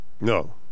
No